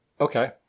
Okay